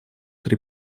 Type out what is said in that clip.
три